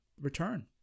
return